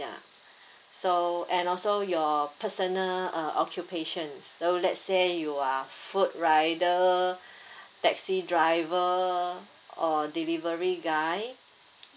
ya so and also your personal uh occupations so let say you are food rider taxi driver or a delivery guy